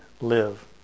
live